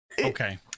Okay